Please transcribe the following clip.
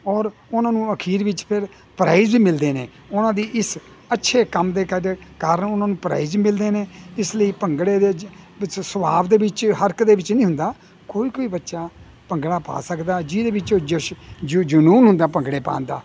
ਔਰ ਉਨ੍ਹਾਂ ਨੂੰ ਅਖੀਰ ਵਿੱਚ ਫਿਰ ਪ੍ਰਾਈਜ ਵੀ ਮਿਲਦੇ ਨੇ ਉਨ੍ਹਾਂ ਦੀ ਇਸ ਅੱਛੇ ਕੰਮ ਦੇ ਕੱਦ ਕਾਰਨ ਉਨ੍ਹਾਂ ਨੂੰ ਪ੍ਰਾਈਜ ਮਿਲਦੇ ਨੇ ਇਸ ਲਈ ਭੰਗੜੇ ਦੇ 'ਚ ਸੁਭਾਅ ਦੇ ਵਿੱਚ ਹਰ ਇੱਕ ਦੇ ਵਿੱਚ ਨਹੀਂ ਹੁੰਦਾ ਕੋਈ ਕੋਈ ਬੱਚਾ ਭੰਗੜਾ ਪਾ ਸਕਦਾ ਜਿਹਦੇ ਵਿੱਚ ਉਹ ਜਸ਼ ਜੋ ਜਨੂੰਨ ਹੁੰਦਾ ਭੰਗੜੇ ਪਾਉਣ ਦਾ